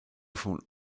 von